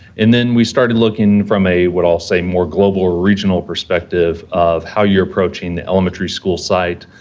and then we started looking from a what i'll say more global or regional perspective of how you're approaching the elementary school site.